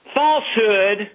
falsehood